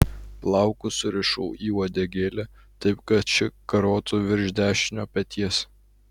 plaukus surišau į uodegėlę taip kad ši karotų virš dešinio peties